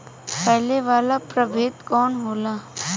फैले वाला प्रभेद कौन होला?